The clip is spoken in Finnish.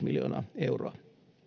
miljoonaa euroa